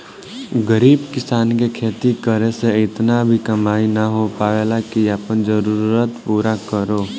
गरीब किसान के खेती करे से इतना भी कमाई ना हो पावेला की आपन जरूरत पूरा करो